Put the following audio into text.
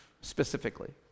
specifically